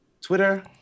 twitter